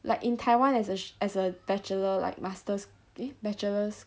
like in Taiwan as a as a bachelor like masters eh bachelors